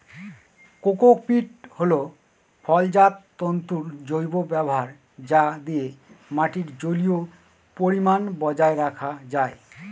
cocopeat হল ফলজাত তন্তুর জৈব ব্যবহার যা দিয়ে মাটির জলীয় পরিমান বজায় রাখা যায়